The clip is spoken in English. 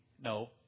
No